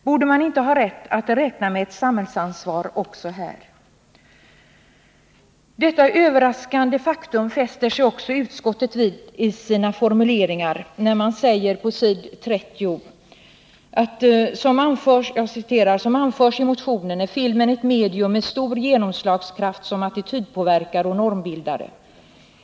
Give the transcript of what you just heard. Borde man inte ha rätt att räkna med ett samhällsansvar också här? Det överraskande faktum som den nämnda trenden representerar fäster sig också utskottet vid i sina formuleringar. Utskottet framhåller på s. 30 i sitt betänkande: ”Som anförs i motion 1260 är filmen ett medium med stor genomslagskraft som attitydpåverkare och normbildare.